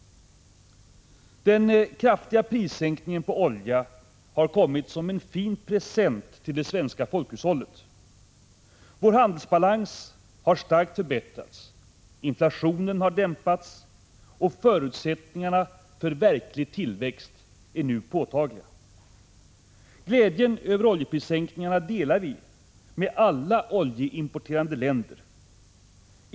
Den kraftiga sänkningen av oljepriset har kommit som en fin present till det svenska folkhushållet. Vår handelsbalans har starkt förbättrats, inflationen har dämpats, och förutsättningarna för verklig tillväxt är nu påtagliga. Glädjen över oljeprissänkningarna delar vi med alla oljeimporterande länder.